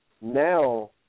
now